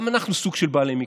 גם אנחנו סוג של בעלי מקצוע.